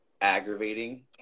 aggravating